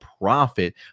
profit